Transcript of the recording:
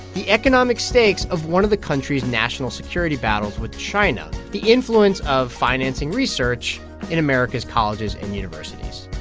the economic stakes of one of the country's national security battles with china, the influence of financing research in america's colleges and universities